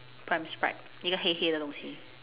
pram strap 那个黑黑的东西